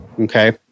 Okay